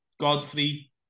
Godfrey